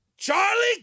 charlie